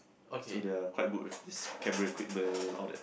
so they are quite good with camera equipment and all that